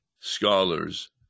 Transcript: scholars